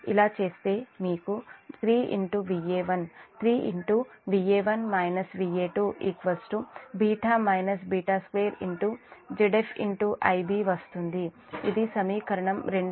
ఇలా చేస్తే మీకు 3Va1 3 β β2 Zf Ib వస్తుంది ఇది సమీకరణం 23